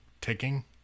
ticking